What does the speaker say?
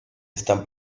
están